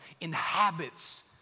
inhabits